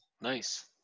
Nice